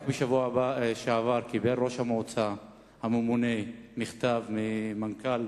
רק בשבוע שעבר קיבל ראש המועצה הממונה מכתב ממנכ"ל